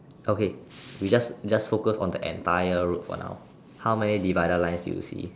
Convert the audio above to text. okay we just we just focus on the entire road for now how many divided lines do you see